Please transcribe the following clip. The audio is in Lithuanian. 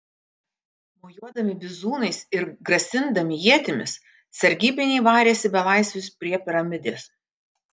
mojuodami bizūnais ir grasindami ietimis sargybiniai varėsi belaisvius prie piramidės